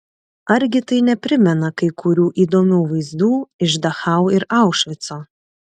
argi tai neprimena kai kurių įdomių vaizdų iš dachau ir aušvico